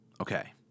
Okay